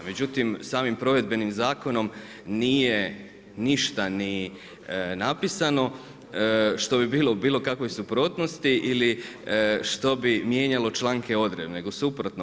Međutim, samim provedbenim zakonom nije ništa ni napisano što bi bilo u bilo kakvoj suprotnosti ili što bi mijenjalo članke odredbe, nego suprotno.